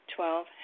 Twelve